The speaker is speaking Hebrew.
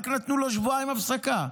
רק נתנו לו שבועיים הפסקה.